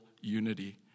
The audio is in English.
unity